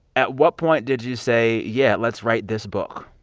at what point did you say, yeah, let's write this book?